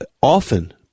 often